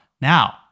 Now